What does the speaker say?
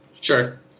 Sure